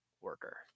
worker